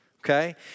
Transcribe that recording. okay